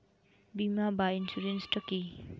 বিমা বা ইন্সুরেন্স টা কি?